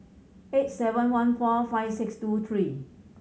eight seven one four five six two three